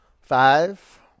Five